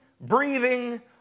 breathing